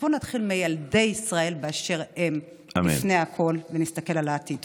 בואו נתחיל מילדי ישראל באשר הם לפני הכול ונסתכל על העתיד.